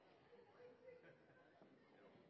legges til rette